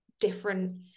different